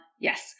yes